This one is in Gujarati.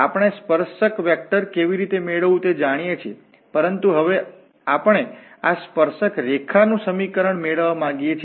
આપણે સ્પર્શક વેક્ટર કેવી રીતે મેળવવું તે જાણીએ છીએ પરંતુ હવે આપણે આ સ્પર્શક રેખા નું સમીકરણ મેળવવા માંગીએ છીએ